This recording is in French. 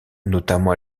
notamment